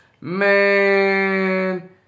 Man